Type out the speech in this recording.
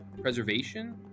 preservation